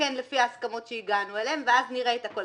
שמתקן לפי ההסכמות אליהן הגענו ואז נראה את הכול.